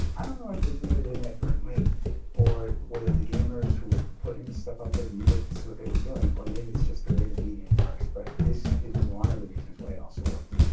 i don't know if they did it inadvertently or whether the gamers who were putting this stuff up there knew this is what they were doing. or maybe it's just the way the medium works. but this is one of the reasons why it also worked,